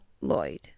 Lloyd